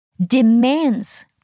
demands